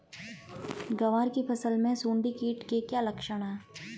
ग्वार की फसल में सुंडी कीट के क्या लक्षण है?